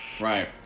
Right